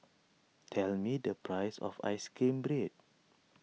tell me the price of Ice Cream Bread